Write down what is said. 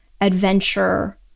adventure